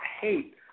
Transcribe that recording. hate